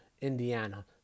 Indiana